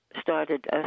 started